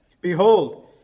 Behold